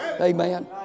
Amen